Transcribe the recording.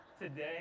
today